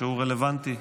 שהוא רלוונטי,